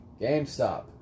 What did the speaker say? GameStop